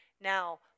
Now